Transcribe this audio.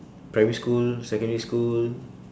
primary school secondary school